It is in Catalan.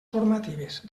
formatives